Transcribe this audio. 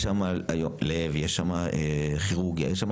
יש שם היום לב, יש שם כירורגיה, יש שם